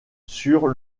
sur